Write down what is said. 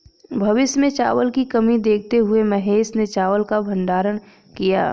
भविष्य में चावल की कमी देखते हुए महेश ने चावल का भंडारण किया